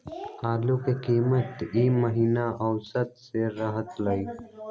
आलू के कीमत ई महिना औसत की रहलई ह?